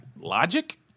logic